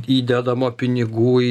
įdedama pinigų į